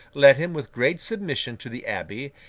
led him with great submission to the abbey,